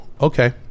okay